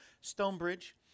stonebridge